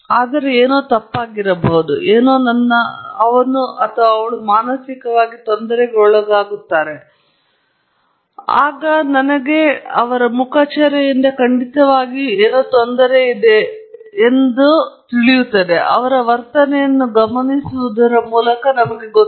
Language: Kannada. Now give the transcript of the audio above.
ಆದರೆ ಏನೋ ತಪ್ಪಾಗಿರಬಹುದು ಏನೋ ನನ್ನ ಮಾನಸಿಕವಾಗಿ ತೊಂದರೆಗೊಳಗಾಗುತ್ತದೆ ಆಗ ನನಗೆ ಏನಾದರೂ ಖಂಡಿತವಾಗಿ ತೊಂದರೆ ಇದೆ ಎಂದು ವರ್ತನೆಯನ್ನು ಗಮನಿಸುವುದರ ಮೂಲಕ ಗೊತ್ತು